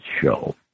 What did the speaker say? show